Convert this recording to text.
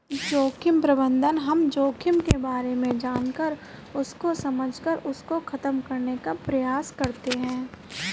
जोखिम प्रबंधन हम जोखिम के बारे में जानकर उसको समझकर उसको खत्म करने का प्रयास करते हैं